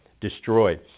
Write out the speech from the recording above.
destroyed